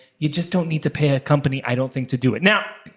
you just don't need to pay a company, i don't think, to do it. now,